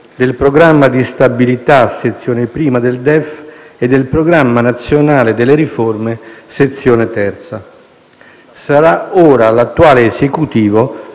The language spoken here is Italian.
del Programma di stabilità sezione I del DEF e del Programma nazionale delle riforme sezione III. Sarà ora l'attuale Esecutivo